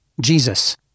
Jesus